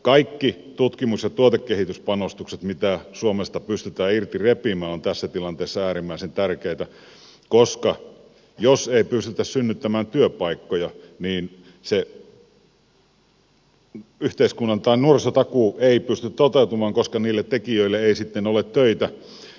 kaikki tutkimus ja tuotekehityspanostukset mitä suomesta pystytään irti repimään ovat tässä tilanteessa äärimmäisen tärkeitä koska jos ei pystytä synnyttämään työpaikkoja niin se nuorisotakuu ei pysty toteutumaan koska niille tekijöille ei sitten ole töitä